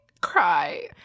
cry